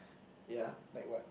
ya like what